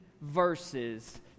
verses